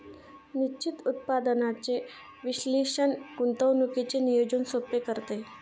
निश्चित उत्पन्नाचे विश्लेषण गुंतवणुकीचे नियोजन सोपे करते